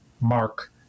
mark